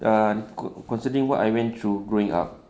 ah con~ considering what I went through growing up